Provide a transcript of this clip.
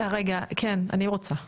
אה, רגע כן, אני רוצה.